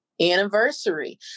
Anniversary